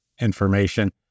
information